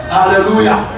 Hallelujah